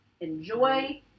enjoy